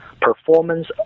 performance